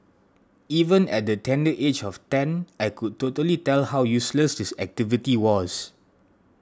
even at the tender age of ten I could totally tell how useless this activity was